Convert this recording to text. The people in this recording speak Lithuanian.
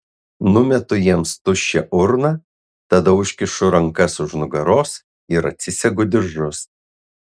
numetu jiems tuščią urną tada užkišu rankas už nugaros ir atsisegu diržus